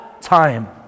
time